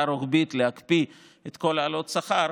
רוחבית להקפיא את כל ההעלאות השכר,